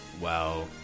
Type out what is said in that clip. Wow